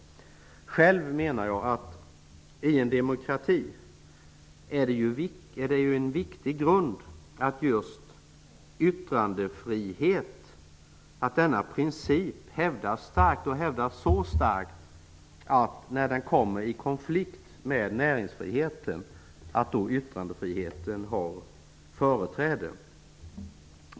Själv menar jag att en viktig grund i en demokrati är att principen om yttrandefrihet hävdas så starkt att den har företräde när den kommer i konflikt med näringsfriheten.